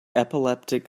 epileptic